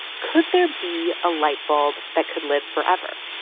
could there be a light bulb that could live forever?